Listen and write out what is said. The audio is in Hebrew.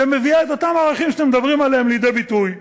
שמביאה את אותם ערכים שאתם מדברים עליהם לידי ביטוי,